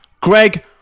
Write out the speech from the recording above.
Greg